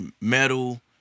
metal